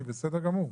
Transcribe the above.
גברתי,